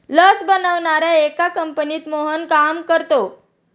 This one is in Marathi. लस बनवणाऱ्या एका कंपनीत मोहन काम करतो